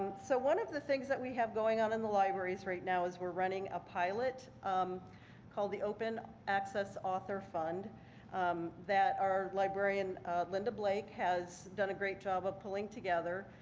so one of the things that we have going on in the libraries right now is we're running a pilot um called the open access author fund that our librarian linda blake has done a great job of pulling together.